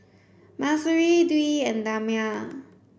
Mahsuri Dwi and Damia